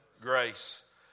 Grace